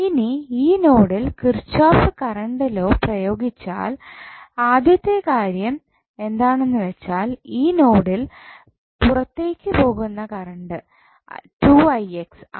ഇനി ഈ നോഡിൽ കിർച്ചോഫ് കറണ്ട് ലോ പ്രയോഗിച്ചാൽ ആദ്യത്തെ കാര്യം എന്താണെന്ന് വെച്ചാൽ ഈ നോഡിൽ പുറത്തേക്ക് പോകുന്ന കറണ്ട് ആണ്